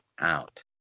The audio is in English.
out